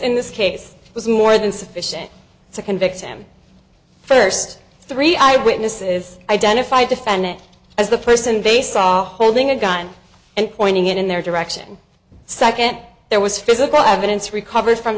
in this case was more than sufficient to convict him first three eye witnesses identified defendant as the person based off holding a gun and pointing it in their direction second there was physical evidence recovered from